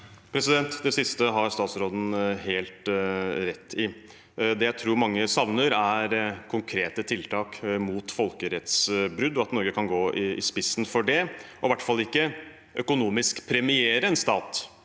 Det siste har stats- råden helt rett i. Det jeg tror mange savner, er konkrete tiltak mot folkerettsbrudd, og at Norge kan gå i spissen for det – og i hvert fall ikke økonomisk premiere en stat